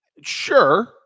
sure